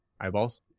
Eyeballs